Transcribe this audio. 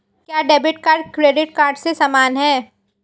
क्या debit card credit card के समान है?